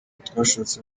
twashatse